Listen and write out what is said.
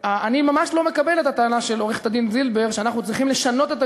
אני ממש לא מקבל את הטענה של עורכת-הדין זילבר שאנחנו צריכים לשנות,